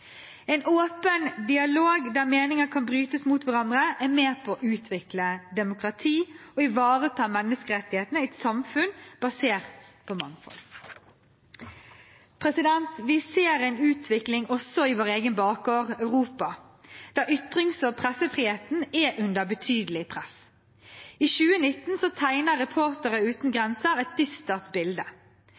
En åpen dialog der meninger kan brytes mot hverandre, er med på å utvikle demokrati og ivareta menneskerettighetene i et samfunn basert på mangfold. Vi ser en utvikling også i vår egen bakgård, Europa, der ytrings- og pressefriheten er under betydelig press. I 2019 tegnet Reportere uten grenser et dystert bilde.